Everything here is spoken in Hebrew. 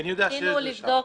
אני יודע שיש דרישה.